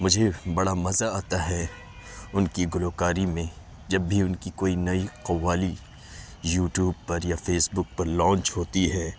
مجھے بڑا مزہ آتا ہے ان کی گلوکاری میں جب بھی ان کی کوئی نئی قوالی یوٹیوب پر یا فیس بک پر لانچ ہوتی ہے